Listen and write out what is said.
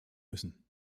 müssen